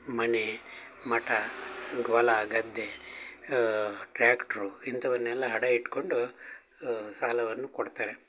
ಮನೆ ಮಠ ಹೊಲ ಗದ್ದೆ ಟ್ರ್ಯಾಕ್ಟ್ರು ಇಂಥವನ್ನೆಲ್ಲ ಅಡ ಇಟ್ಟುಕೊಂಡು ಸಾಲವನ್ನು ಕೊಡ್ತಾರೆ